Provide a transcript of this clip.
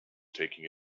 taking